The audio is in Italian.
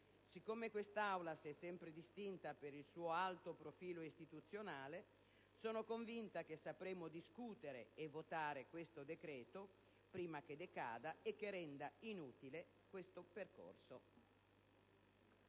Siccome quest'Aula si è sempre distinta per il suo alto profilo istituzionale, sono convinta che sapremo discutere e votare questo decreto-legge prima che la decadenza renda inutile questo percorso.